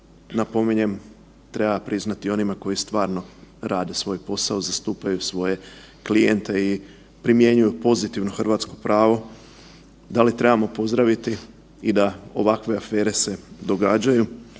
napominjem, treba priznati onima koji stvarno rade svoj posao, zastupaju svoje klijente i primjenjuju pozitivno hrvatsko pravo? Da li trebamo pozdraviti i da ovakve afere se događaju